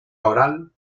oral